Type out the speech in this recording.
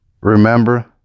remember